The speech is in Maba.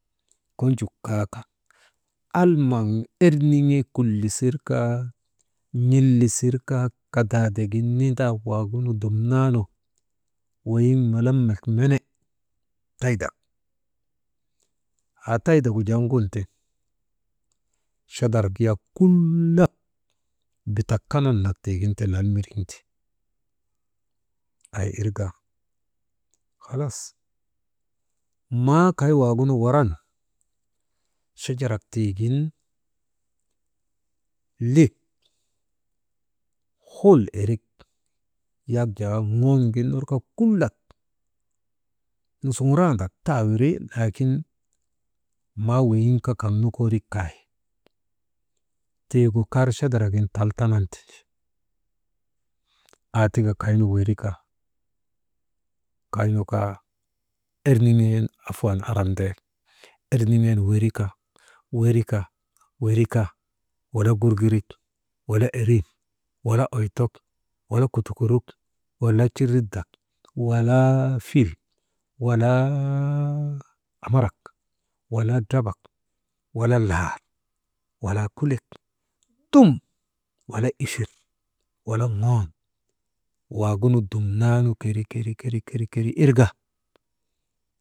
Kojuk kaa ka, almaŋ erniŋee kulisir kaa n̰ilisir kaa kadaadegin nindaa waŋ dumnanu weyiŋ malamak mene taydak haa taydagu jaa ŋun tiŋ chadarak yak kullak bitak kanan nak tiigin ti lal miriŋ te, aa irka halas maa kay waagunu waran chdarak tiigin lik hul irik yak jaa ŋoon gin ner kaa kulak nusuŋurandak taa wiri laakin maa weyiŋ kaa kaŋ nokoorik kay tiigu kar chadaragin tal tanan tindi, aa tik kaynu werika kaynu kaa, erniŋen afuwan aran dek erniŋen werika, werika, werika, wala gurgurik wala oytok, wala erin, wala kudukuruk wala cirit dak walaa fil walaa amarak, wala drabak, wala lar, wala kulek dum wala ifir wala ŋoon waagunu dumaanu keri, keri, keri, irka.